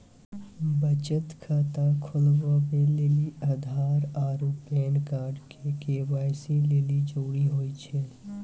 बचत खाता खोलबाबै लेली आधार आरू पैन कार्ड के.वाइ.सी लेली जरूरी होय छै